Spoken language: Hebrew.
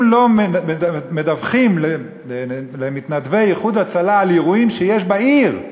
אם לא מדווחים למתנדבי "איחוד הצלה" על אירועים שיש בעיר,